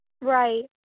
Right